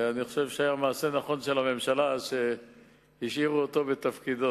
ואני חושב שזה היה מעשה נכון של הממשלה שהשאירו אותו בתפקידו,